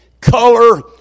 color